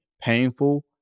painful